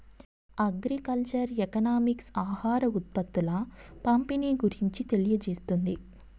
agriculture economics ఆహార ఉత్పత్తుల పంపిణీ గురించి తెలియజేస్తుంది